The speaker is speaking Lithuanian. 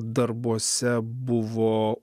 darbuose buvo